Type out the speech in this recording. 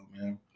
man